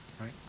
right